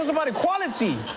about equality.